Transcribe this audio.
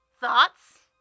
Thoughts